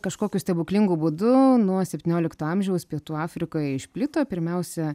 kažkokiu stebuklingu būdu nuo septyniolikto amžiaus pietų afrikoje išplito pirmiausia